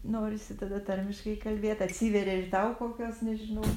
norisi tada tarmiškai kalbėt atsiveria ir tau kokios nežinau